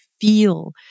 feel